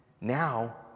now